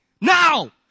Now